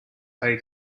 sai